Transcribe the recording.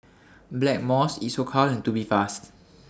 Blackmores Isocal and Tubifast